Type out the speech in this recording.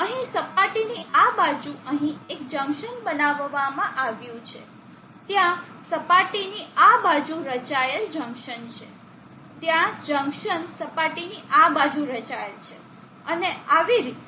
અહીં સપાટીની આ બાજુ અહીં એક જંકશન બનાવવામાં આવ્યું છે ત્યાં સપાટીની આ બાજુ રચાયેલ જંકશન છે ત્યાં જંકશન સપાટીની આ બાજુ રચાયેલ છે અને આવી રીતે